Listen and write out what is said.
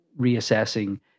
reassessing